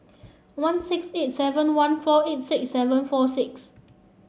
one six eight seven one four eight seven four six